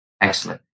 Excellent